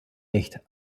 nicht